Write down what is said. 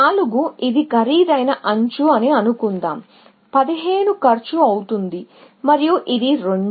4 ఇది ఖరీదైన ఎడ్జ్ అని అనుకుందాం 15 కాస్ట్ అవుతుంది మరియు ఇది 2